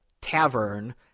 tavern